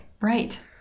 Right